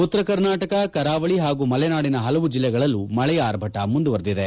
ಉತ್ತರ ಕರ್ನಾಟಕ ಕರಾವಳಿ ಹಾಗೂ ಮಲೆನಾಡಿನ ಹಲವು ಜಿಲ್ಲೆಗಳಲ್ಲೂ ಮಳೆಯ ಆರ್ಭಟ ಮುಂದುವರೆದಿದೆ